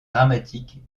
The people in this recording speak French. dramatiques